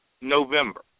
November